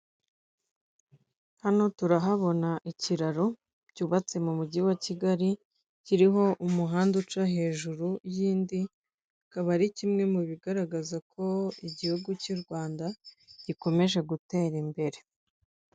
Hano turahabona ikiraro cyubatse mu mujyi wa kigali kiriho umuhanda uca hejuru y'indi, akaba ari kimwe mu bigaragaza ko igihugu cy'u Rwanda gikomeje gutera imbere.